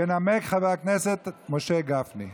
ינמק חבר הכנסת משה גפני.